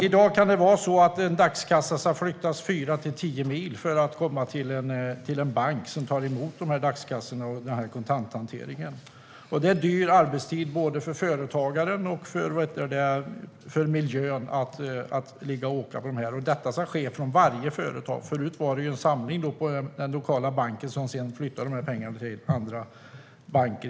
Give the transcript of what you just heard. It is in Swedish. I dag kan det vara så att en dagskassa ska flyttas 4-10 mil för att komma till en bank som tar emot dagskassor och sköter kontanthantering. Detta är dyr arbetstid för företagaren, och det påverkar miljön att man är ute och åker så här. Detta ska ske från varje företag, medan man tidigare samlade ihop allting på den lokala banken, som sedan flyttade pengarna till andra banker.